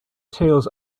tales